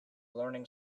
learning